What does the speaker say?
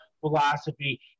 philosophy